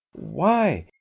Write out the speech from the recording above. why,